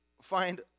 find